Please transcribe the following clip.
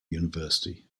university